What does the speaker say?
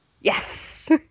Yes